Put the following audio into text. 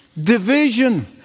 division